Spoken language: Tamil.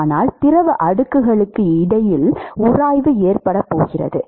ஆனால் திரவ அடுக்குகளுக்கு இடையில் உராய்வு ஏற்படப்போகிறது